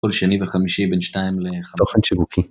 כל שני וחמישי בין שתיים לח... תוכן שיווקי